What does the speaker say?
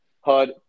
Hud